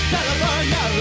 California